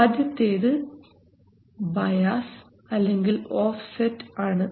ആദ്യത്തേത് ബയാസ് അല്ലെങ്കിൽ ഓഫ്സെറ്റ് ആണ്